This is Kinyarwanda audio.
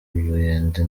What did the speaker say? ruyenzi